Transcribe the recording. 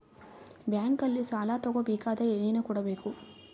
ಬ್ಯಾಂಕಲ್ಲಿ ಸಾಲ ತಗೋ ಬೇಕಾದರೆ ಏನೇನು ಕೊಡಬೇಕು?